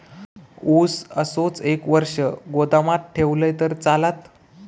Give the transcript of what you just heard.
ऊस असोच एक वर्ष गोदामात ठेवलंय तर चालात?